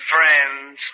Friends